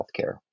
Healthcare